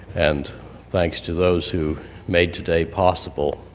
and thanks to those who made today possible.